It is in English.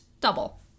double